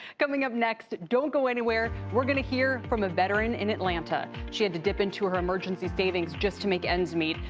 coming up next, don't go any, where we're going to hear from a veteran in atlanta. she had to dip into her emergency savings just to make ends meet.